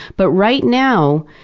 but right now,